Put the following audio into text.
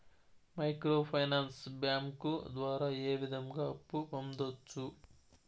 micro finance bank ద్వారా ఏ విధంగా అప్పు పొందొచ్చు